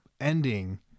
ending